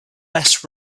less